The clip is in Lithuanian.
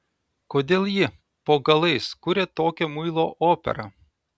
kodėl ji po galais kuria tokią muilo operą